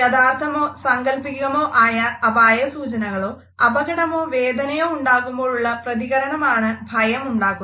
യഥാർത്ഥമോ സങ്കല്പിക്കാമോ ആയ അപായസൂചനയോ അപകടമോ വേദനയോ ഉണ്ടാകുമ്പോഴുള്ള പ്രതികരണമായാണ് ഭയം ഉണ്ടാകുന്നത്